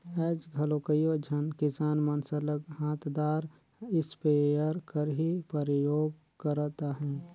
आएज घलो कइयो झन किसान मन सरलग हांथदार इस्पेयर कर ही परयोग करत अहें